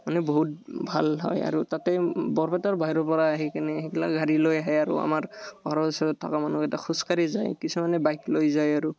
মানে বহুত ভাল হয় আৰু তাতে বৰপেটাৰ বাহিৰৰ পৰা আহি কিনে সেইগিলাক গাড়ী লৈ আহে আৰু আমাৰ ঘৰৰ ওচৰত থকা মানুহকেটা খোজকাঢ়ি যায় কিছুমানে বাইক লৈ যায় আৰু